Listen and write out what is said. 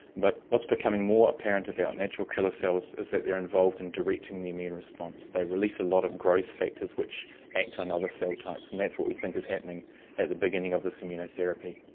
but what's becoming more apparent about natural killer cells is that they're involved in directing the immune response. they release a lot of growth factors which act on other cell types, and that's what we think is happening at the beginning of this immunotherapy.